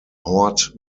hort